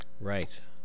Right